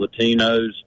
Latinos